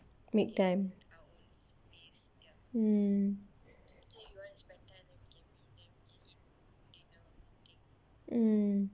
make time mm mm